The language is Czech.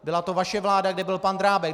Byla to vaše vláda, kde byl pan Drábek.